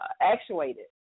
actuated